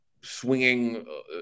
swinging